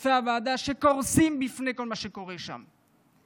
משתתפי הוועדה, שקורסים בפני כל מה שקורה שם.